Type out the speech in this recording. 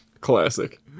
classic